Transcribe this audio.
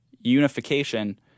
unification